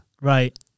right